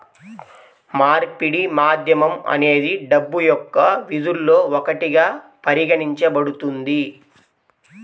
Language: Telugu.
మార్పిడి మాధ్యమం అనేది డబ్బు యొక్క విధుల్లో ఒకటిగా పరిగణించబడుతుంది